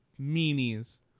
meanies